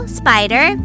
spider